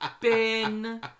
bin